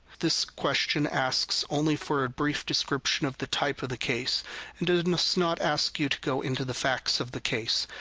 this question asks only for a brief description of the type of the case and it must not ask you to go into the facts of the case.